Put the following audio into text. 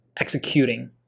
executing